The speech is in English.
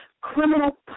criminal